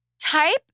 type